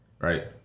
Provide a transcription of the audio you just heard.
right